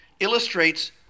illustrates